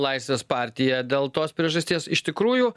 laisvės partija dėl tos priežasties iš tikrųjų